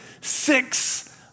six